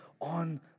on